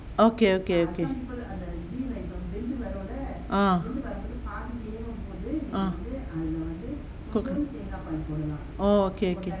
okay okay okay ah ah oh okay okay